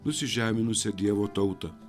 nusižeminusią dievo tautą